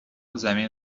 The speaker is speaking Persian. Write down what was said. زمین